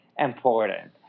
Important